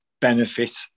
benefit